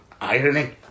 Irony